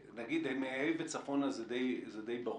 מכיתה ה' וצפונה זה די ברור.